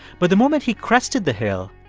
but the moment he crested the hill,